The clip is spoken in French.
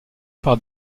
par